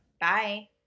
Bye